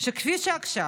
שכפי שעכשיו